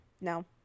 No